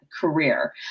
Career